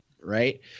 right